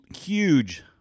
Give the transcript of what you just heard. huge